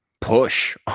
push